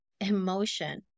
emotion